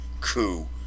coup